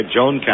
Joan